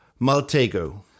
Maltego